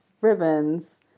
ribbons